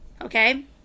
Okay